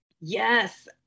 yes